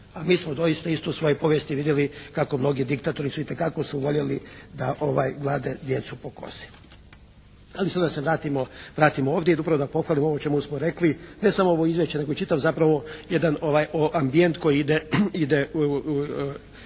a mi smo doista isto u svojoj povijesti vidjeli kako mnogi diktatori su itekako voljeli da glede djecu po kosi. Ali sada da se vratimo ovdje i upravo da pohvalimo ovo o čemu smo rekli, ne samo ovo izvješće nego čitav zapravo jedan ambijent koji ide uz